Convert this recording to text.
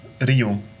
Rio